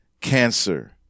cancer